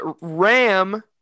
Ram